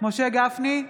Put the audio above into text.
משה גפני,